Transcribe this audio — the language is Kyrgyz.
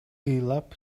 ыйлап